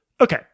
Okay